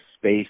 space